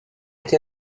été